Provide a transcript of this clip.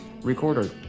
recorder